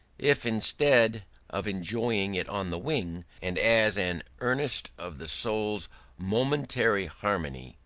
if instead of enjoying it on the wing, and as an earnest of the soul's momentary harmony,